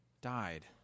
died